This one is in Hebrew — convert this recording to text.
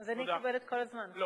אז אני אקבל את כל הזמן, נכון?